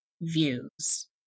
views